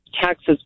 taxes